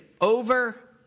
over